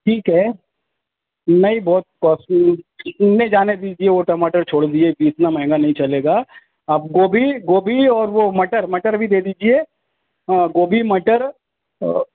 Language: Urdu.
ٹھیک ہے نہیں بہت کوسٹلی نہیں جانے دیجیے وہ ٹماٹر چھوڑ دیجیے کہ اتنا مہنگا نہیں چلے گا آپ گوبھی گوبھی اور وہ مٹر مٹر بھی دے دیجیے ہاں گوبھی مٹر